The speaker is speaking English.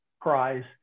prize